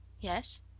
Yes